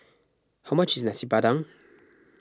how much is Nasi Padang